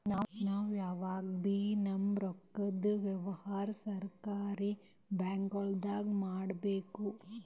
ನಾವ್ ಯಾವಗಬೀ ನಮ್ಮ್ ರೊಕ್ಕದ್ ವ್ಯವಹಾರ್ ಸರಕಾರಿ ಬ್ಯಾಂಕ್ಗೊಳ್ದಾಗೆ ಮಾಡಬೇಕು